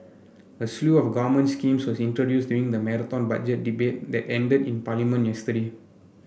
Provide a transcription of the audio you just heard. a slew of government schemes was introduced during the Marathon Budget Debate that ended in Parliament yesterday